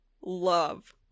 love